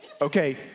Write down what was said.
okay